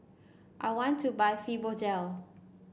I want to buy Fibogel